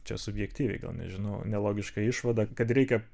čia subjektyviai gal nežinau nelogišką išvadą kad reikia